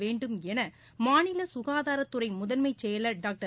வேண்டும் என மாநில சுகாதாரத்துறை முதன்மைச் செயலர் டாக்டர்